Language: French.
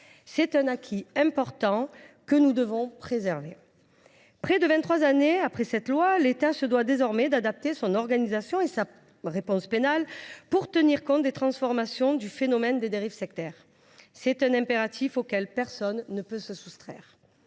c’est un acquis important, que nous devons préserver. Près de vingt trois ans plus tard, l’État se doit d’adapter son organisation et sa réponse pénale pour tenir compte des transformations du phénomène des dérives sectaires – voilà un impératif auquel personne ne peut se soustraire